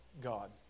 God